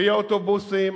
ויהיו אוטובוסים.